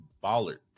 Bollard